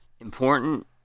important